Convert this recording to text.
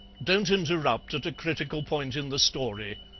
don't interrupt at a critical point in the story,